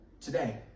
today